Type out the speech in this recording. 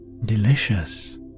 delicious